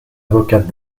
avocate